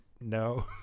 no